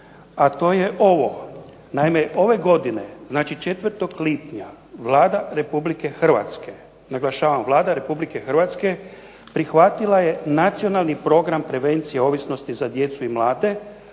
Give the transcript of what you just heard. a to je ovo. Naime, ove godine, znači 4. lipnja Vlada Republike Hrvatske, naglašavam Vlada Republike Hrvatske prihvatila je Nacionalni program prevencije ovisnosti za djecu i mlade